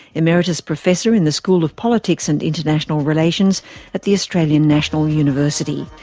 emeritus professor in the school of politics and international relations at the australian national university.